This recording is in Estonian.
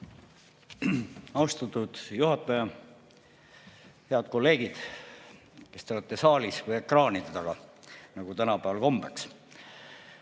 Austatud juhataja! Head kolleegid, kes te olete saalis või siis ekraanide taga, nagu tänapäeval kombeks!